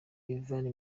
ivan